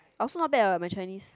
I also not bad what my Chinese